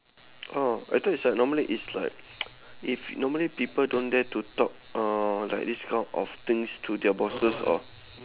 oh I thought it's like normally it's like if normally people don't dare to talk uh like this kind of things to their bosses or